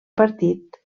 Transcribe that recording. partit